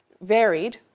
Varied